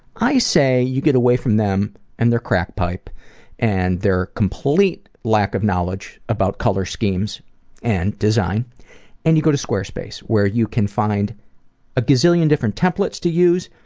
i say you get away from them and their crack pipe and their complete lack of knowledge about color schemes and design and you go to squarespace where you can find a gazillion different templates to use,